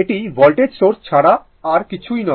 এটি voltage source ছাড়া আর কিছুই নয়